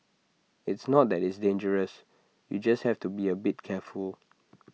it's not that it's dangerous you just have to be A bit careful